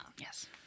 Yes